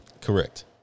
Correct